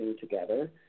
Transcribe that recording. together